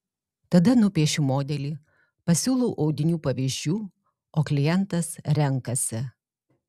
tada nupiešiu modelį pasiūlau audinių pavyzdžių o klientas renkasi